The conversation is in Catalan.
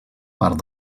part